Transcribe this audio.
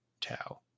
tau